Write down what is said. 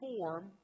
form